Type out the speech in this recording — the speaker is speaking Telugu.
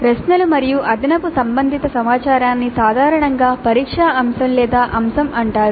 ప్రశ్నలు మరియు అదనపు సంబంధిత సమాచారాన్ని సాధారణంగా పరీక్షా అంశం లేదా అంశం అంటారు